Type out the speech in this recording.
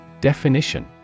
Definition